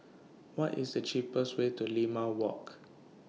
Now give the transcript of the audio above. What IS The cheapest Way to Limau Walk